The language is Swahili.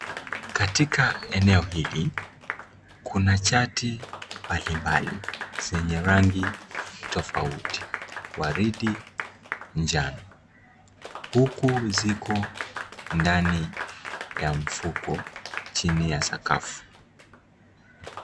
Katika eneo hili, kuna chati mbalimbali zenye rangi tofauti, waridi, njano. Uku ziko ndani ya mfuko chini ya sakafu.